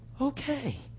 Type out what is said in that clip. okay